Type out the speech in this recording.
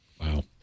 Wow